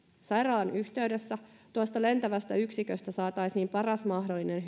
sairaalan yhteydessä tuosta lentävästä yksiköstä saataisiin paras mahdollinen